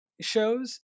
shows